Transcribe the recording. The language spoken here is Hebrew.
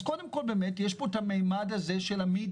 אז קודם כל באמת יש פה את הממד של המדיה,